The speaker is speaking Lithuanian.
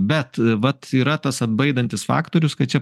bet vat yra tas atbaidantis faktorius kad čia